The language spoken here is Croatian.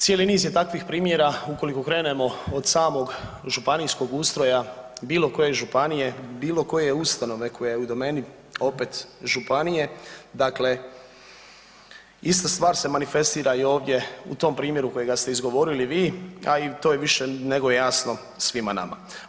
Cijeli niz je takvih primjera, ukoliko krenemo od samog županijskog ustroja bilo koje županije, bilo koje ustanove koja je u domeni opet županije, dakle ista stvar se manifestira i ovdje u tom primjeru kojega ste izgovorili i vi, a i to je više nego jasno svima nama.